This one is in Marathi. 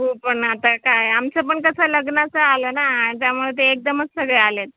हो पण आता काय आमचं पण कसं लग्नाचं आलं ना त्यामुळे ते एकदमच सगळे आले आहेत